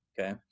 Okay